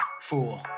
fool